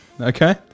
Okay